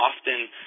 often